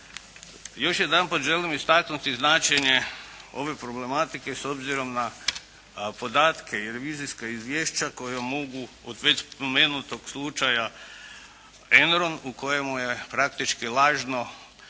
Još jedanput želim istaknuti značenje ove problematike, s obzirom na podatke i revizijska izvješća koja mogu od već spomenutog Slučaja "Enron" u kojemu je praktički lažno ili